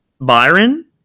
Byron